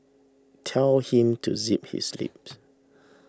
tell him to zip his lips